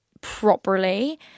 properly